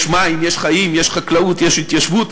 יש מים, יש חיים, יש חקלאות יש התיישבות.